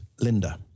Linda